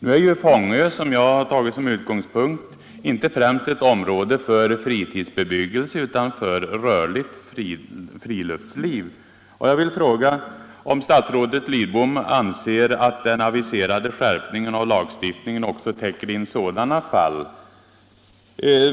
Nu är ju Fångö, som jag har tagit som utgångspunkt, inte främst ett område för fritidsbebyggelse utan för rörligt friluftsliv. Jag vill fråga om statsrådet Lidbom anser att den aviserade skärpningen av lagstiftningen också täcker in sådana fall.